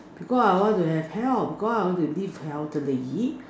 because I want to have health because I want to live healthily